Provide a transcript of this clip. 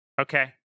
Okay